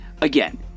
Again